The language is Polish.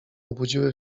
obudziły